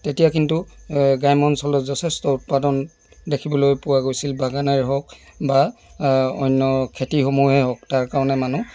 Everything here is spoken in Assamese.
তেতিয়া কিন্তু গ্ৰাম্য অঞ্চলত যথেষ্ট উৎপাদন দেখিবলৈ পোৱা গৈছিল বাগানেই হওক বা অন্য খেতিসমূহেই হওক তাৰ কাৰণে মানুহ